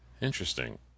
Interesting